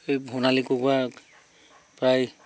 এই সোণালী কুকুৰা প্ৰায়